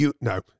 No